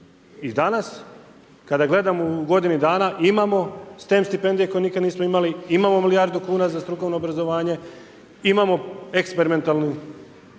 i danas kada gledamo u godinu dana imamo …/Govornik se ne razumije./… stipendije koje nikad nismo imali, imamo milijardu kuna za strukovno obrazovanje, imamo eksperimentalnu